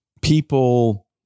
people